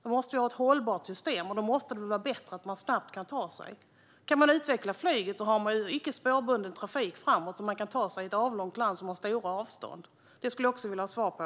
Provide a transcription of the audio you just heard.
Vi måste ha ett hållbart system, och då måste det väl vara bättre att snabbt kunna ta sig dit man ska. Om vi kan utveckla flyget har vi icke spårbunden trafik framöver så att man kan ta sig fram i ett avlångt land med stora avstånd. Det skulle jag också vilja ha svar på.